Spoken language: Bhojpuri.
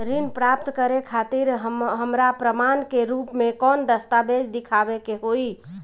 ऋण प्राप्त करे खातिर हमरा प्रमाण के रूप में कौन दस्तावेज़ दिखावे के होई?